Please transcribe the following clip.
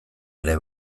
ere